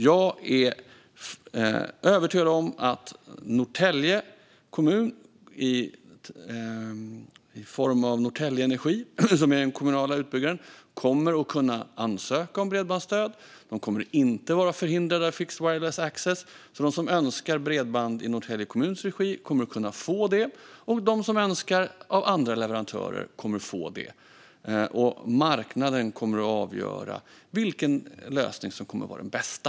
Jag är övertygad om att Norrtälje kommun i form av Norrtälje Energi, som är den kommunala utbyggaren, kommer att kunna ansöka om bredbandsstöd. De kommer inte att vara förhindrade av fixed wireless access. De som önskar bredband i Norrtälje kommuns regi kommer att kunna få det, och de som önskar bredband av andra leverantörer kommer att få det. Marknaden kommer att avgöra vilken lösning som är den bästa.